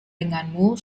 denganmu